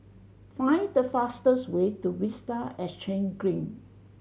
find the fastest way to Vista Exhange Green